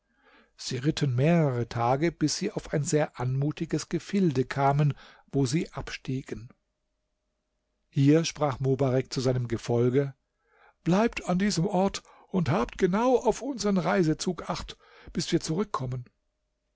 sie ritten mehrere tage bis sie auf ein sehr anmutiges gefilde kamen wo sie abstiegen hier sprach mobarek zu seinem gefolge bleibt an diesem ort und habt genau auf unsern reisezug acht bis wir zurückkommen